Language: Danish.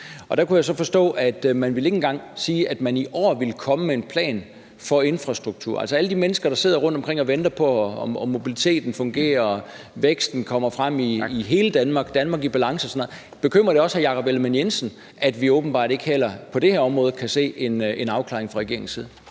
Og der kunne jeg så forstå, at man ikke engang ville sige, at man i år ville komme med en plan for infrastruktur. Altså i forhold til alle de mennesker, der sidder rundt omkring og venter på, at mobiliteten fungerer, væksten kommer frem i hele Danmark, Danmark i balance og sådan noget: Bekymrer det også hr. Jakob Ellemann-Jensen, at vi åbenbart heller ikke på det her område kan se en afklaring fra regeringens side?